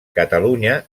catalunya